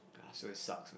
so it sucks lah